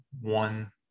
one